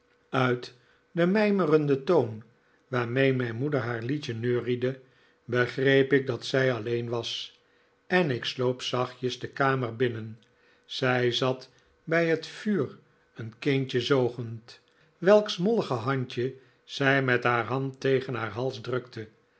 uit den mijmerenden toon waarmee mijn moeder haar liedje neuriede begreep ik dat zij alleen was en ik sloop zachtjes de kamer binnen zij zat bij het vuur een kindje zoogend welks mollige handje zij met haar hand tegen haar hals drukte